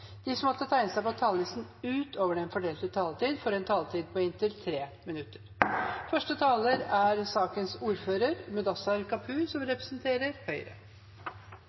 De som måtte tegne seg på talerlisten utover den fordelte taletid, får en taletid på inntil 3 minutter. Noe av det fineste med Norge er